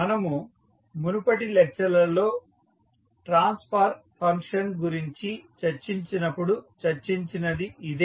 మనము మునుపటి లెక్చర్లలో ట్రాన్స్ఫర్ ఫంక్షన్ గురించి చర్చించినప్పుడు చర్చించినది ఇదే